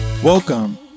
Welcome